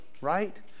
right